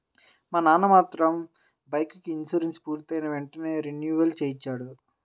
మా నాన్న మాత్రం బైకుకి ఇన్సూరెన్సు పూర్తయిన వెంటనే రెన్యువల్ చేయిస్తాడు